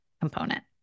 component